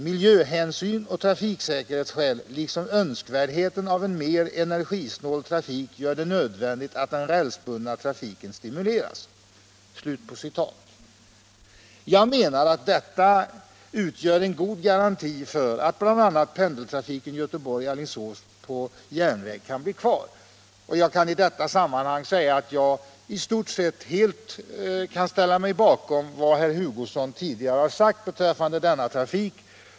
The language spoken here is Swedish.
Miljöhänsyn och trafiksäkerhetsskäl liksom önskvärdheten av en mer energisnål trafik gör det nödvändigt att den rälsbundna trafiken stimuleras.” Jag menar att detta utgör en god garanti för att bl.a. pendeltrafiken Göteborg-Alingsås på järnväg kan bli kvar. I stort sett kan jag ställa mig bakom vad herr Hugosson tidigare har sagt beträffande denna trafik.